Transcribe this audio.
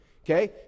Okay